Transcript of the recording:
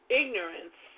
ignorance